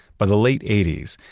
by the late eighty s,